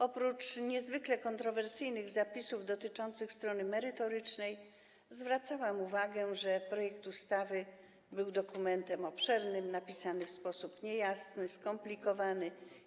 Oprócz niezwykle kontrowersyjnych zapisów dotyczących strony merytorycznej zwracałam uwagę, że projekt ustawy był dokumentem obszernym, napisanym w sposób niejasny, skomplikowany.